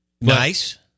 Nice